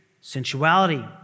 sensuality